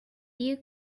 you